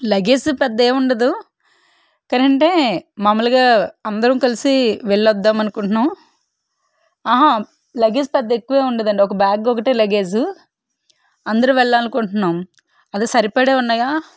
luggage పెద్దేం ఉండదు కానంటే మామూలుగా అందరం కలిసి వెళ్ళొద్దామనుకుంటున్నాం ఆహా లగేజ్ పెద్ద ఎక్కువేం ఉండదండి ఒక బ్యాగ్ ఒకటే లగేజ్ అందరూ వెళ్ళాలనుకుంటున్నాం అదే సరిపడే ఉన్నాయా